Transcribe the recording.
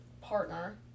partner